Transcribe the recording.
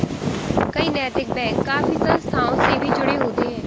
कई नैतिक बैंक काफी संस्थाओं से भी जुड़े होते हैं